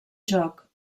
joc